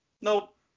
Nope